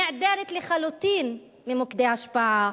נעדרת לחלוטין ממוקדי ההשפעה.